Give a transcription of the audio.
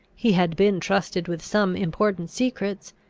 he had been trusted with some important secrets,